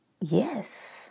Yes